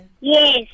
Yes